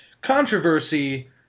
controversy